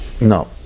No